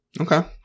okay